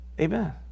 Amen